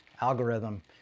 algorithm